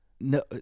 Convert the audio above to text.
no